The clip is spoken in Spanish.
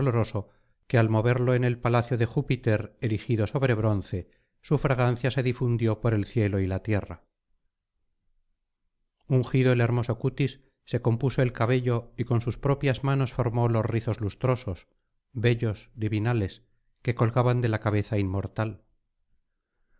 que al moverlo en el palacio de júpiter erigido sobre bronce su fragancia se difundió por el cielo y la tierra ungido el hermoso cutis se compuso el cabello y con sus propias manos formó los rizos lustrosos bellos divinales que colgaban de la cabeza inmortal